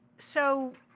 so,